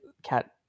Cat